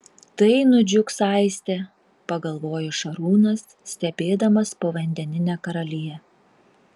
tai nudžiugs aistė pagalvojo šarūnas stebėdamas povandeninę karaliją